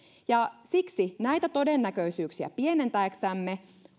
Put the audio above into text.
siksi näitä todennäköisyyksiä pienentääksemme